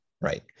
Right